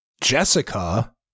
Jessica